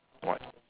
what